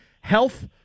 health